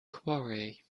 quarry